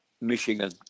Michigan